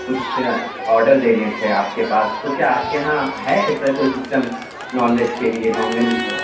کچھ آڈر دینے تھے آپ کے پاس تو کیا آپ کے یہاں ہے اس طرح کوئی سسٹم نان ویج کے لیے نان ویج